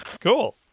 Cool